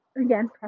again